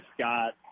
scott